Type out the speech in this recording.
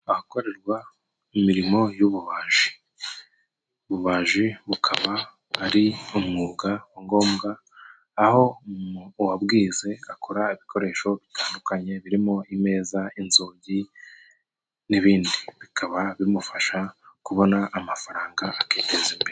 Ahakorerwa imirimo y'ububaji. Ububaji bukaba ari umwuga wa ngombwa, aho uwabwize akora ibikoresho bitandukanye, birimo imeza, inzugi n'ibindi. Bikaba bimufasha kubona amafaranga akiteza imbere.